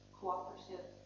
cooperative